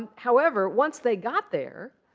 and however, once they got there,